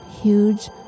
huge